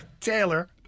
Taylor